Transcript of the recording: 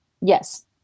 yes